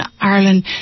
Ireland